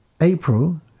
April